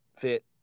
fit